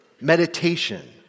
meditation